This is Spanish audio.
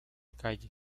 calle